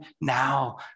now